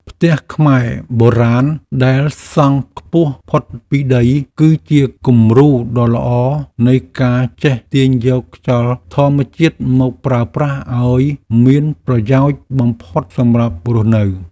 ផ្ទះខ្មែរបុរាណដែលសង់ខ្ពស់ផុតពីដីគឺជាគំរូដ៏ល្អនៃការចេះទាញយកខ្យល់ធម្មជាតិមកប្រើប្រាស់ឱ្យមានប្រយោជន៍បំផុតសម្រាប់រស់នៅ។